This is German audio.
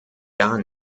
gar